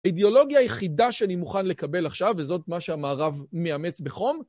האידיאולוגיה היחידה שאני מוכן לקבל עכשיו, וזאת מה שהמערב מאמץ בחום,